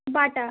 Bata